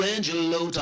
Angelo